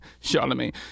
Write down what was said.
Charlemagne